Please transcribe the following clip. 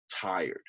tired